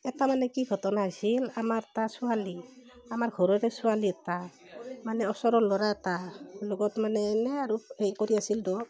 এটা মানে কি ঘটনা হৈছিল আমাৰ এটা ছোৱালী আমাৰ ঘৰৰে ছোৱালী এটা মানে ওচৰৰ ল'ৰা এটা লগত মানে এনে আৰু হেৰি কৰি আছিল দুয়ো